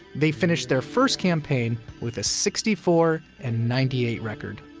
they finished their first campaign with a sixty four and ninety eight record.